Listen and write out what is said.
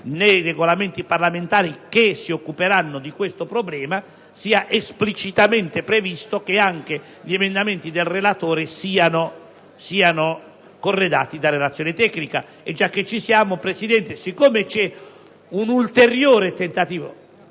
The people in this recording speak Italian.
nei Regolamenti parlamentari che si occuperanno di questo problema sia esplicitamente previsto che anche gli emendamenti del relatore siano corredati da relazione tecnica. Già che ci siamo, Presidente, siccome c'è un ulteriore tentativo